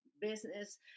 business